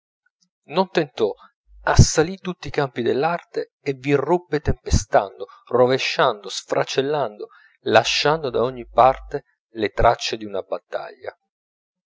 non tentò assalì tutti i campi dell'arte e v'irruppe tempestando rovesciando sfracellando lasciando da ogni parte le traccie di una battaglia